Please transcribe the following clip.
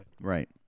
Right